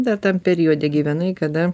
dar tam periode gyvenai kada